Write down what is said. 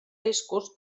riscos